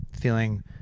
feeling